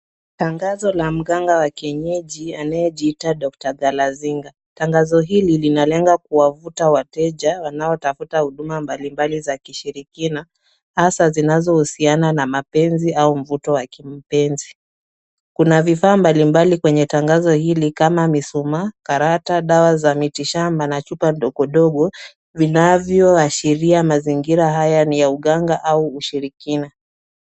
Tangazo la mganga wa kienyeji anayejiita doctor Dalazinga. Tangazo hili linalenga kuwavuta wateja wanaotafuta huduma mbalimbali za kishirikina hasa zinazo husiana na mapenzi au mvuto wa kimpenzi. Kuna vifaa mbalimbali kwenye tangazo hili kama misuma, karata, dawa za mitishamba, na chupa ndogo ndogo vinavyo washiria mazingira haya ni ya uganga au ushirikina.